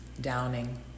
downing